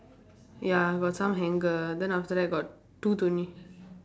ya got some hanger then after that got two pulleys